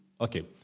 okay